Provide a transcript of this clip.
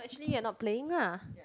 actually you're not playing lah